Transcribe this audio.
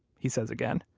he says again.